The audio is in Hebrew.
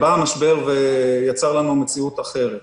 בא המשבר ויצר לנו מציאות אחרת.